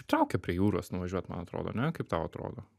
traukia prie jūros nuvažiuot man atrodo ne kaip tau atrodo